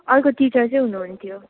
अर्को टिचर चाहिँ हुनुहुन्थ्यो